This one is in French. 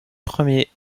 premier